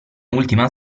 ultima